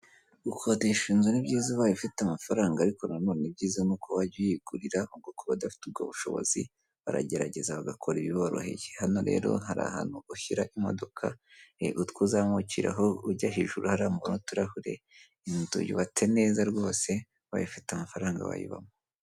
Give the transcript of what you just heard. Gukodesha inzu ni byiza ubaye ufite amafaranga ariko na none ibyiza n'uko wajya uyigurira, ubwo kubadafite ubwo bushobozi baragerageza bagakora ibiboroheye. Hano rero hari ahantu ushyira imodoka, utwo uzamukiraho ujya hejuru hariya mubona uturahure, inzu yubatse neza rwose ubaye ufite amafaranga bayibamo.